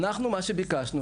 אנחנו מה שביקשנו,